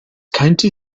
county